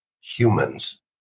humans